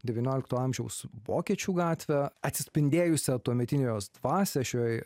devyniolikto amžiaus vokiečių gatvę atsispindėjusią tuometinę jos dvasią šioje